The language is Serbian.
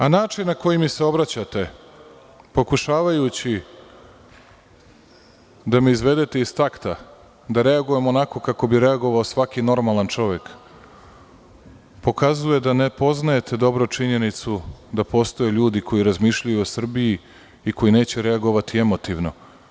A način na koji mi se obraćate, pokušavajući da me izvedete iz takta, da reagujem onako kako bi reagovao svaki normalan čovek, pokazuje da ne poznajete dobro činjenicu, da postoje ljudi koji razmišljaju o Srbiji i koji neće reagovati emotivno.